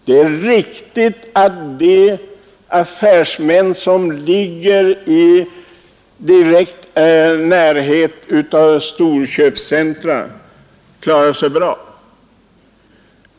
Det är riktigt att affärsmän i storköpscentra klarar sig bra.